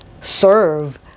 serve